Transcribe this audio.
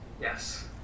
Yes